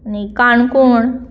आनी काणकोण